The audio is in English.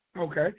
Okay